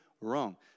wrong